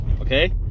okay